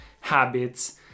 habits